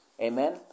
Amen